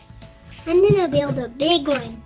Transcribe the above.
i mean to build a big one.